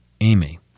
Amy